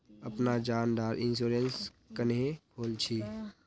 अपना जान डार इंश्योरेंस क्नेहे खोल छी?